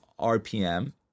RPM